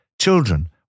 children